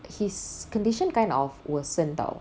his condition kind of worsen [tau]